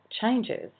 changes